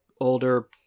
older